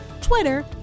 Twitter